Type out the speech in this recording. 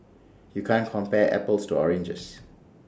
you can't compare apples to oranges